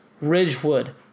Ridgewood